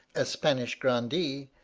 a spanish grandee,